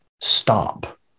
stop